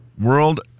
World